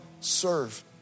serve